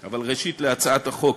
אבל ראשית להצעת החוק